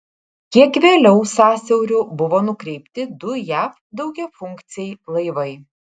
kiek vėliau sąsiauriu buvo nukreipti du jav daugiafunkciai laivai